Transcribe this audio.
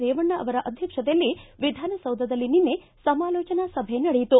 ರೇವಣ್ಣ ಅವರ ಅಧ್ಯಕ್ಷತೆಯಲ್ಲಿ ವಿಧಾನಸೌಧದಲ್ಲಿ ನಿನ್ನೆ ಸಮಾಲೋಚನಾ ಸಭೆ ನಡೆಯಿತು